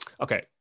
okay